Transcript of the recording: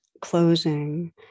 closing